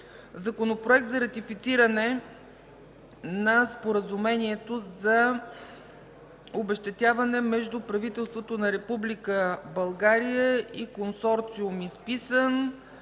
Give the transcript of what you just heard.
Законопроект за ратифициране на Споразумението за обезщетяване между правителството на Република България и Консорциум